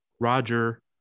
Roger